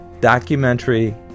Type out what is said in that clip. documentary